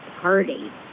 party